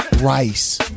rice